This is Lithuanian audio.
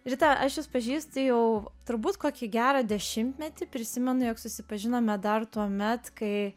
rita aš jus pažįstu jau turbūt kokį gerą dešimtmetį prisimenu jog susipažinome dar tuomet kai